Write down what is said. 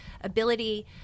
ability